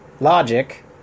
logic